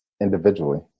individually